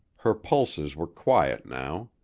her pulses were quiet now.